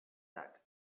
that